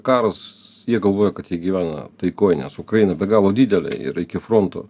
karas jie galvoja kad jie gyvena taikoj nes ukraina be galo didelė ir iki frontų